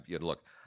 Look